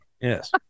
Yes